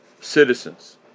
citizens